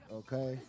okay